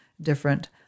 different